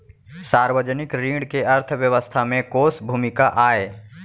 सार्वजनिक ऋण के अर्थव्यवस्था में कोस भूमिका आय?